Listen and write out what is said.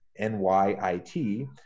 NYIT